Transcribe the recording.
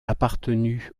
appartenu